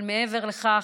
אבל מעבר לכך,